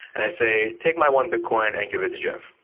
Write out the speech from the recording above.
and i say, take my one bitcoin and give it to jeff.